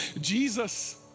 Jesus